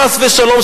חס ושלום,